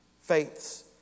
Faith's